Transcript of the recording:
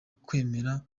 kwemera